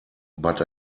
but